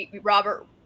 Robert